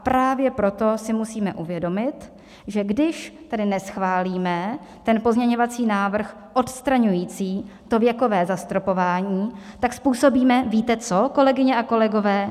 Právě proto si musíme uvědomit, že když tedy neschválíme pozměňovací návrh odstraňující to věkové zastropování, tak způsobíme víte co, kolegyně a kolegové?